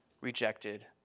rejected